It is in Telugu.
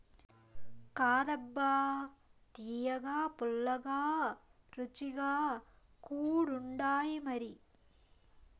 కాదబ్బా తియ్యగా, పుల్లగా, రుచిగా కూడుండాయిమరి